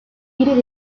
ieder